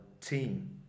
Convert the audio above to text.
team